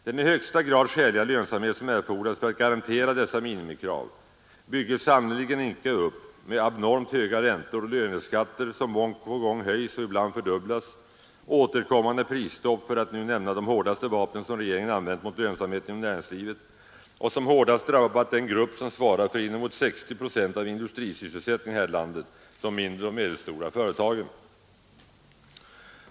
Den i högsta grad skäliga lönsamhet som erfordras för att garantera dessa minimikrav bygges sannerligen icke upp med abnormt höga räntor, löneskatter som gång på gång höjs och ibland fördubblas samt återkommande prisstopp, för att nu nämna de hårdaste vapnen som regeringen använt mot lönsamheten inom näringslivet och som kraftigast drabbat den grupp som svarar för inemot 60 procent av industrisysselsättningen här i landet, nämligen de mindre och medelstora företagen.